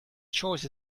choice